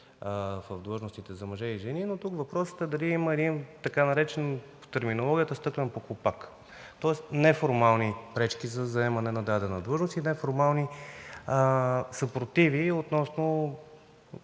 в длъжностите за мъже и за жени, но тук въпросът е дали има един така наречен в терминологията стъклен похлупак, тоест неформални пречки за заемането на дадена длъжност и неформални съпротиви относно